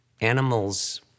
animals